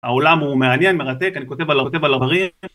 העולם הוא מעניין מרתק אני כותב עליו כותב על הבריאה